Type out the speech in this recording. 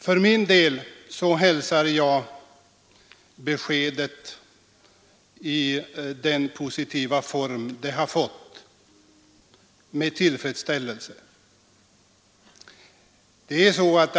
För min del hälsar jag beskedet i den positiva form det har fått med tillfredsställelse.